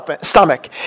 stomach